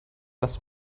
las